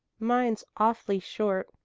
mine's awfully short,